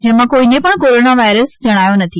જેમાં કોઇને પણ કોરોના વાઇરસ જણાયો નથી